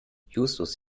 justus